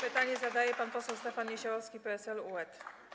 Pytanie zadaje pan poseł Stefan Niesiołowski, PSL-UED.